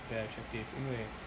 very attractive 因为